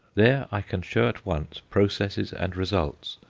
there i can show at once processes and results,